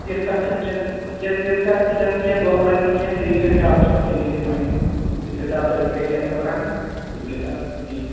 تِژھ کَتھ چھَنہٕ کیٚنٛہہ تِژھ کَتھ تہِ چھَنہٕ کیٚنٛہہ دوکھٕ لَگہِ نہٕ کیٚںٛہہ تُہۍ یی زیٚو شاپَس پیٚٹھ تُہۍ نی زیٚو پَننہِ یِم کِتاب تۄہہِ رِپلیس آسہٕ نَو کَرنہِ تِم کِتاب نِیِو